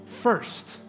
first